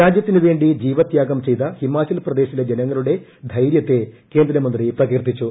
രാജ്യത്തിന് വേണ്ടി ജീവത്യാഗം ചെയ്ത ഹിമാചൽ പ്രദേശിലെ ജനങ്ങളുടെ ധൈര്യത്തെ കേന്ദ്രമന്ത്രി പ്രകീർത്തിച്ചു